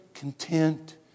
Content